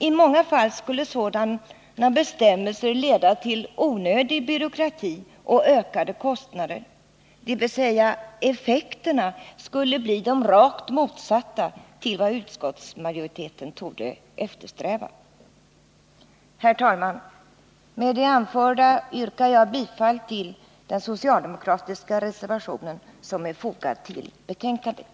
I många fall skulle sådana bestämmelser leda till onödig byråkrati och ökade kostnader, dvs. effekterna skulle bli de rakt motsatta till vad utskottsmajoriteten torde eftersträva. Herr talman! Med det anförda yrkar jag bifall till den socialdemokratiska reservationen, som är fogad till betänkandet.